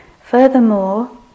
Furthermore